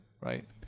right